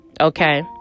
Okay